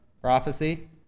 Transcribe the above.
prophecy